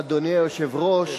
אדוני היושב-ראש,